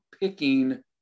picking